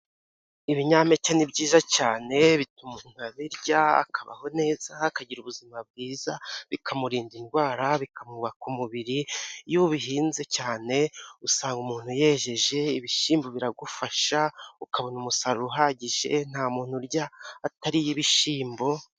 Ibinyampeke ni byiza cyane bituma umuntu abirya akabaho neza akagira ubuzima bwiza bikamurinda indwara bikamuwubaka umubir,i iyo ubihinze cyane usanga umuntu yejeje ibishyimbo biragufasha ukabona umusaruro uhagije, nta muntu urya atariye ibishyimbo.